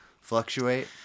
fluctuate